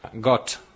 got